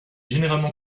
généralement